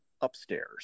upstairs